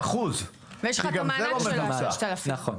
נכון.